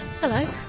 Hello